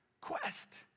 Quest